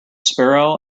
sparrow